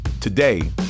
Today